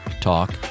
talk